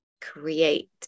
create